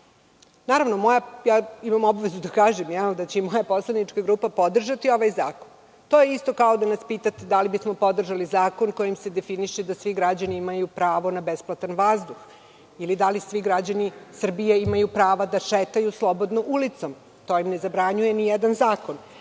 zaštiti? Imam obavezu da kažem da će moja poslanička grupa podržati ovaj zakon. To je isto kao da nas pitate da li bismo podržali zakon kojim se definiše da svi građani imaju pravo na besplatan vazduh ili da li svi građani Srbije imaju prava da šetaju slobodno ulicom. To im ne zabranjuje ni jedan zakon.